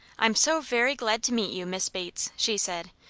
i'm so very glad to meet you, miss bates, she said.